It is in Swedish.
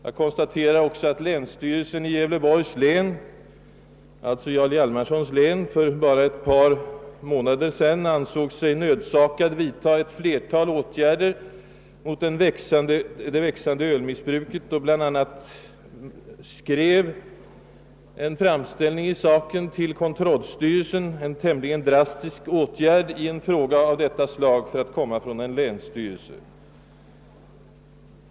Jag konstaterar vidare att länsstyrelsen i Gävleborgs län, alltså Jarl Hjalmarsons län, för bara ett par månader sedan såg sig nödsakad att vidta ett flertal åtgärder mot det växande Slmissbruket och bl.a. gjorde en framställning till kontrollstyrelsen — en tämligen drastisk åtgärd i en fråga av detta slag för att komma från en länsstyrelse.